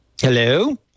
Hello